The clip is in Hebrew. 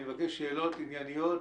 אני מבקש שאלות ענייניות.